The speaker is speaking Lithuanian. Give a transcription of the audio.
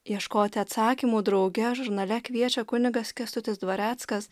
ieškoti atsakymų drauge žurnale kviečia kunigas kęstutis dvareckas